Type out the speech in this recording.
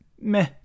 meh